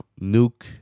Nuke